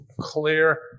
clear